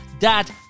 Dad